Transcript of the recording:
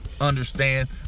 Understand